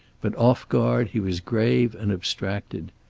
but off guard he was grave and abstracted.